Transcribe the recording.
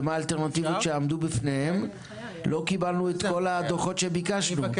ומה היו האלטרנטיבות שעמדו בפניהם - לא קיבלנו את כל הדו"חות שביקשנו.